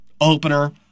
opener